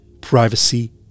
privacy